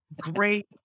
great